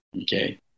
Okay